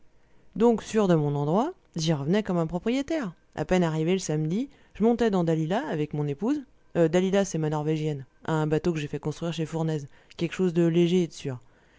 donc sûr de mon endroit j'y revenais comme un propriétaire a peine arrivé le samedi je montais dans dalila avec mon épouse dalila c'est ma norvégienne un bateau que j'ai fait construire chez fournaise quéque chose de léger et de sûr